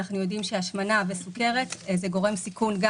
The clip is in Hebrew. אנחנו יודעים שהשמנה וסוכרת הם גורמי סיכון גם